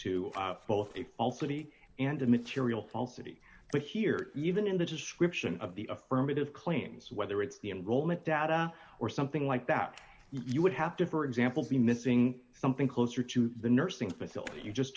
b and a material falsity but here even in the description of the affirmative claims whether it's the enrollment data or something like that you would have to for example be missing something closer to the nursing facility you just